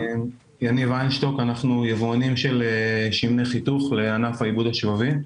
אנחנו יבואנים של שמני חיתוך לענף האיגוד השבבי.